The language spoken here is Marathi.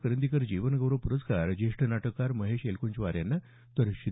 करंदीकर जीवन गौरव प्रस्कार ज्येष्ठ नाटककार महेश एलकुंचवार यांना तर श्री